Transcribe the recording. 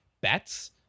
bets